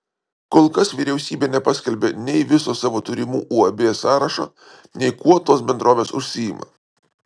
kol kas vyriausybė nepaskelbė nei viso savo turimų uab sąrašo nei kuo tos bendrovės užsiima